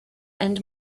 and